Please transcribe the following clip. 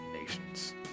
nations